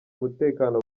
umutekano